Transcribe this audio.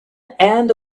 and